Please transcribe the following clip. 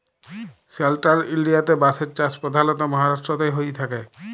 central ইলডিয়াতে বাঁশের চাষ পধালত মাহারাষ্ট্রতেই হঁয়ে থ্যাকে